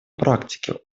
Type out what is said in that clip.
практике